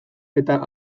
eta